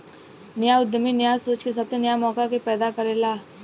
न्या उद्यमी न्या सोच के साथे न्या मौका के पैदा करेला